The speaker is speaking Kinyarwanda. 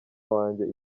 wanjye